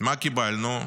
מה קיבלנו?